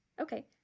Okay